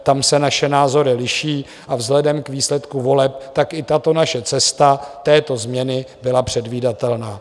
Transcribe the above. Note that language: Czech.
Tam se naše názory liší, a vzhledem k výsledku voleb tak i tato naše změna této změny byla předvídatelná.